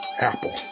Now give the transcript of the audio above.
apple